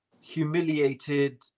humiliated